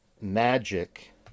magic